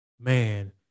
man